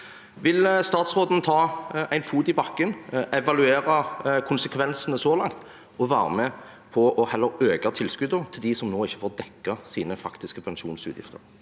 Vil statsråden ta en fot i bakken, evaluere konsekvensene så langt, og heller være med på å øke tilskuddet til dem som nå ikke får dekket sine faktiske pensjonsutgifter?